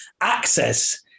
access